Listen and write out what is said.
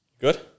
Good